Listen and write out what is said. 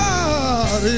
God